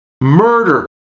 murder